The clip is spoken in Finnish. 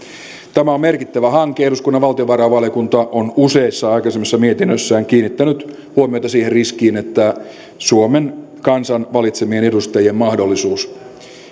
tämä on merkittävä hanke eduskunnan valtiovarainvaliokunta on useissa aikaisemmissa mietinnöissään kiinnittänyt huomiota siihen riskiin että suomen kansan valitsemien edustajien mahdollisuus